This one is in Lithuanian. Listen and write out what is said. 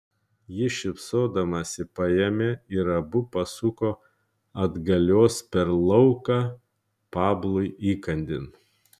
ji šypsodamasi paėmė ir abu pasuko atgalios per lauką pablui įkandin